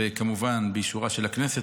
וכמובן באישורה של הכנסת,